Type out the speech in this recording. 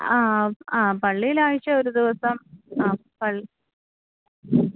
ആ ആ പള്ളിയിൽ ആഴ്ച ഒരുദിവസം പള്ളി ആ